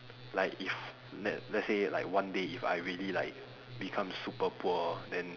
like if let let's say like one day if I really like become super poor then